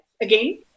again